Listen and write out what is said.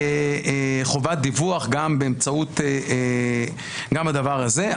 וחובת דיווח גם בדבר הזה.